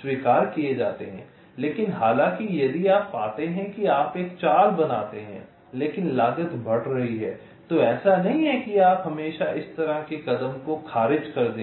स्वीकार किए जाते हैं लेकिन हालांकि यदि आप पाते हैं कि आप एक चाल बनाते हैं लेकिन लागत बढ़ रही है तो ऐसा नहीं है कि आप हमेशा इस तरह के कदम को खारिज कर देंगे